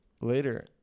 later